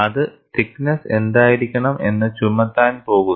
അത് thickness എന്തായിരിക്കണം എന്ന് ചുമത്താൻ പോകുന്നു